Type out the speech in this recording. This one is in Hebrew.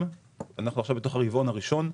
ואנחנו עכשיו בתוך הרבעון הראשון.